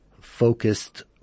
focused